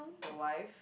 the wife